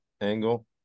angle